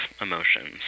emotions